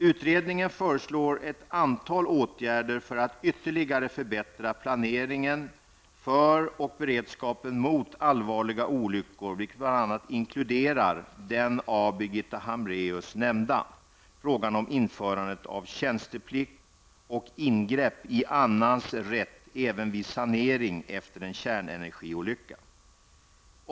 Utredningen föreslår ett antal åtgärder för att ytterligare förbättra planeringen för och beredskapen mot allvarliga olyckor, vilket bl.a. inkluderar den av Birgitta Hambraeus nämnda frågan om införandet av tjänsteplikt och ingrepp i annans rätt även vid sanering efter en kärnenergiolycka.